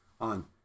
on